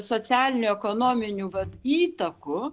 socialinių ekonominių vat įtakų